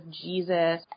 Jesus